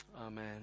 Amen